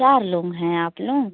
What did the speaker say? चार लोग हैं आप लोग